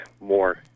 more